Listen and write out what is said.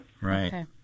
Right